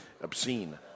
obscene